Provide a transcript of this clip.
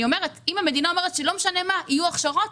אומרת שאם המדינה אומרת שלא משנה - מה יהיו הכשרות,